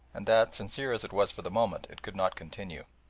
and that, sincere as it was for the moment, it could not continue.